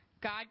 God